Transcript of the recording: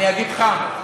אני אגיד לך,